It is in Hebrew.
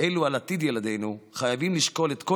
אלו על עתיד ילדינו, חייבים לשקול את כל